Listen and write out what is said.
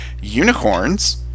unicorns